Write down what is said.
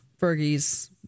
Fergie's